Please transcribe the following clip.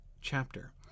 chapter